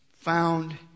found